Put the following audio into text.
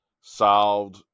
solved